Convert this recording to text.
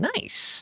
Nice